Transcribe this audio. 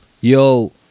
yo